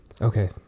Okay